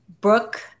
Brooke